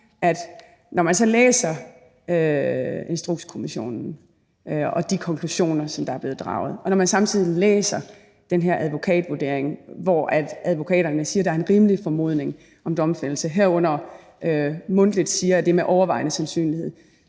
at når man så læser Instrukskommissionens konklusioner, som er blevet draget, og når man samtidig læser den her advokatvurdering, hvor advokaterne siger, at der er en rimelig formodning om domfældelse, herunder mundtligt siger, at det er med overvejende sandsynlighed,